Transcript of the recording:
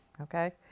Okay